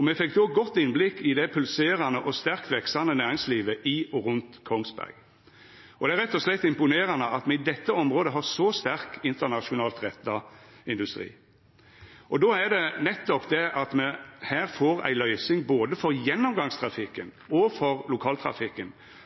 Me fekk då eit godt innblikk i det pulserande og sterkt veksande næringslivet i og rundt Kongsberg. Og det er rett og slett imponerande at me i dette området har så sterk internasjonalt retta industri. Og då er det nettopp det at me her får ei løysing for både gjennomgangstrafikken og lokaltrafikken